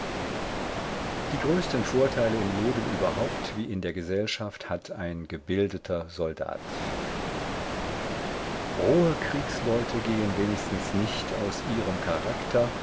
die größten vorteile im leben überhaupt wie in der gesellschaft hat ein gebildeter soldat rohe kriegsleute gehen wenigstens nicht aus ihrem charakter